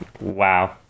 Wow